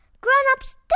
Grown-ups